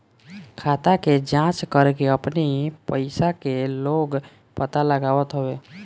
खाता के जाँच करके अपनी पईसा के लोग पता लगावत हवे